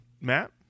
matt